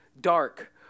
dark